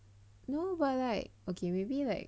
no but like ok maybe like